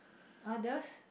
others